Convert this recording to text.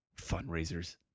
Fundraisers